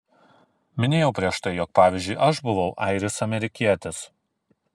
minėjau prieš tai jog pavyzdžiui aš buvau airis amerikietis